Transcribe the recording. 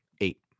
Eight